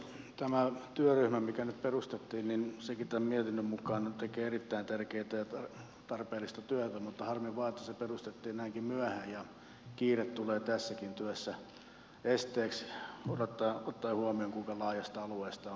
tämä työryhmäkin mikä nyt perustettiin tämän mietinnön mukaan tekee erittäin tärkeätä ja tarpeellista työtä mutta harmi vain että se perustettiin näinkin myöhään ja kiire tulee tässäkin työssä esteeksi ottaen huomioon kuinka laajasta alueesta on kysymys